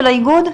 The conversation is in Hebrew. של האיגוד?